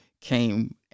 came